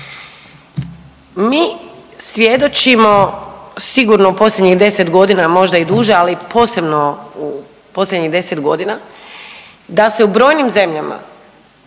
Mi svjedočimo sigurno u posljednjih 10 godina možda i duže, ali posebno u posljednjih 10 godina da se u brojnim zemljama